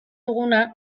duguna